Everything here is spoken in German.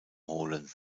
holen